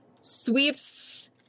sweeps